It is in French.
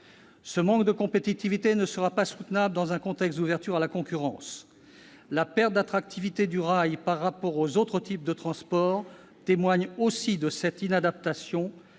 Ce manque de compétitivité ne sera pas soutenable dans un contexte d'ouverture à la concurrence. La perte d'attractivité du rail par rapport aux autres types de transport témoigne aussi de cette inadaptation